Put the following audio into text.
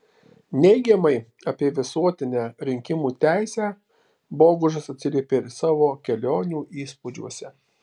neigiamai apie visuotinę rinkimų teisę bogušas atsiliepė ir savo kelionių įspūdžiuose